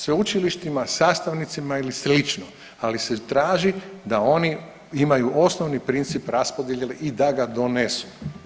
Sveučilištima, sastavnicima ili slično, ali se traži da oni imaju osnovni princip raspodjele i da ga donesu.